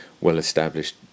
well-established